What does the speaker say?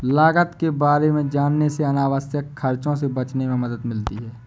लागत के बारे में जानने से अनावश्यक खर्चों से बचने में मदद मिलती है